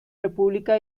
república